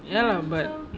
ya but